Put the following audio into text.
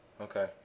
okay